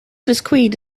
biscuit